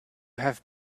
have